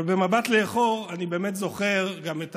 אבל במבט לאחור אני באמת זוכר גם את